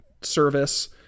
service